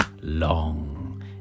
Long